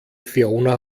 fiona